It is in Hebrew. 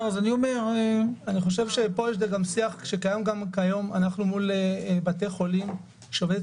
פה יש שיח שלנו שקיים גם כיום מול בתי החולים כשעובדת